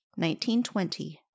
1920